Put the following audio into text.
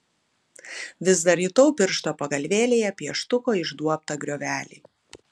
vis dar jutau piršto pagalvėlėje pieštuko išduobtą griovelį